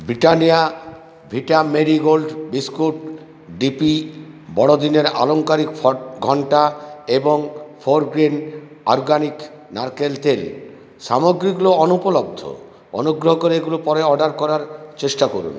Britannia Vita Marie Gold biscuit DP বড়দিনের আলংকারিক ফ ঘণ্টা এবং ফোরগ্রিন অরগ্যানিক নারকেল তেল সামগ্রীগুলো অনুপলব্ধ অনুগ্রহ করে এগুলো পরে অর্ডার করার চেষ্টা করুন